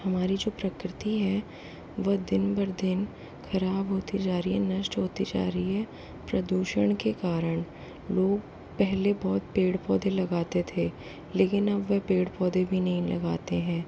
हमारी जो प्रकृति है व दिन ब दिन ख़राब होती जा रही है नष्ट होती जा रही है प्रदूषण के कारण लोग पहले बहुत पेड़ पौधे लगाते थे लेकिन अब वह पेड़ पौधे भी नहीं लगाते हैं